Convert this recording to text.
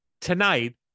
Tonight